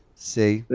see,